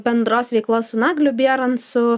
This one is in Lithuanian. bendros veiklos su nagliu bierancu